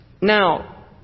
Now